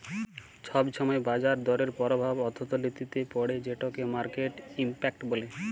ছব ছময় বাজার দরের পরভাব অথ্থলিতিতে পড়ে যেটকে মার্কেট ইম্প্যাক্ট ব্যলে